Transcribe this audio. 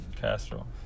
Castro